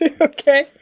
Okay